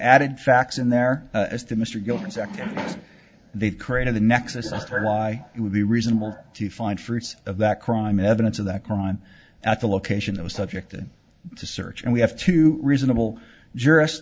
added facts in there as to mr goldman sachs they've created the nexus of why it would be reasonable to find fruits of that crime evidence of that crime at the location that was subjected to search and we have two reasonable jurists